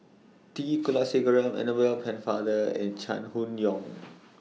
T Kulasekaram Annabel Pennefather and Chai Hon Yoong